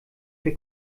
für